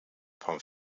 van